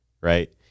right